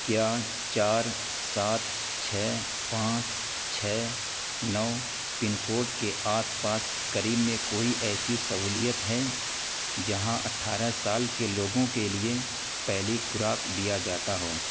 کیا چار سات چھ پانچ چھ نو پن کوڈ کے آس پاس قریب میں کوئی ایسی سہولیت ہیں جہاں اٹھارہ سال کے لوگوں کے لئیں پہلی خوراک دیا جاتا ہو